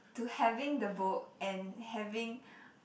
to having the book and having